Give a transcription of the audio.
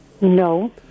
No